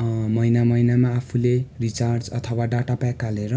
महिना महिनामा आफूले रिचार्ज वा डाटा प्याक हालेर